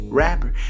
rapper